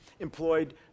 employed